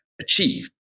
achieve